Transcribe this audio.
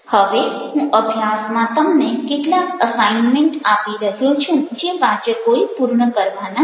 હવે હું અભ્યાસમાં તમને કેટલાક અસાઇન્મેન્ટ આપી રહ્યો છું જે વાચકોએ પૂર્ણ કરવાના છે